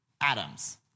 atoms